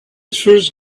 first